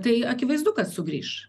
tai akivaizdu kad sugrįš